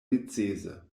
necese